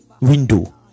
window